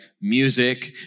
music